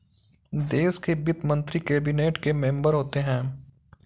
देश के वित्त मंत्री कैबिनेट के मेंबर होते हैं